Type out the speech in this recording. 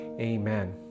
amen